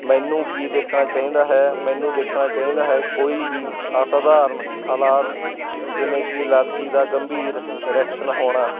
ਮੈਨੂੰ ਕੀ ਦੇਖਣਾ ਚਾਹੀਦਾ ਹੈ ਮੈਨੂੰ ਦੇਖਣਾ ਚਾਹੀਦਾ ਹੈ ਕੋਈ ਵੀ ਆਸਾਧਾਰਨ ਹਾਲਾਤ ਜਿਵੇਂ ਕਿ ਅਲਰਜੀ ਦਾ ਗੰਭੀਰ ਰਿਐਕਸ਼ਨ ਹੋਣਾ